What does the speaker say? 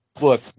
look